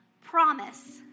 promise